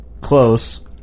close